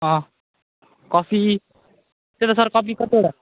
अँ कफी त्यही त सर कफी कतिवटा